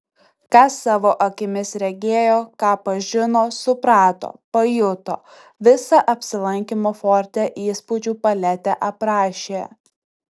ką savo akimis regėjo ką pažino suprato pajuto visą apsilankymo forte įspūdžių paletę aprašė